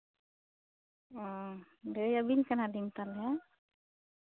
ᱚᱻ ᱞᱟᱹᱭ ᱟᱵᱮᱱ ᱠᱟᱱᱟᱞᱤᱧ ᱛᱟᱦᱞᱮ